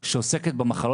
אני אתן לך להגיב אחר